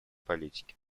политике